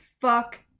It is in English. fuck